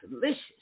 delicious